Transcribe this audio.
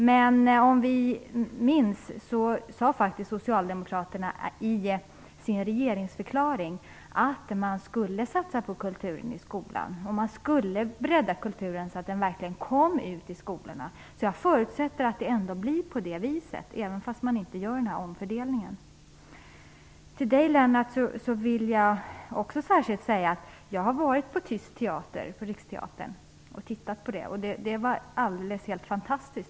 Men om vi minns sade faktiskt socialdemokraterna i regeringsförklaringen att de skulle satsa på kulturen i skolan, man skulle bredda kulturen så att den verkligen kom ut i skolorna. Jag förutsätter att det blir på det viset även om man inte gör den här omfördelningen. Till Lennart Fridén vill jag säga att jag har varit på tyst teater på Riksteatern. Det var helt fantastiskt.